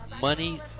money